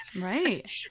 Right